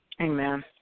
Amen